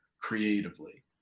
creatively